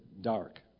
dark